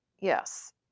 Yes